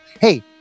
hey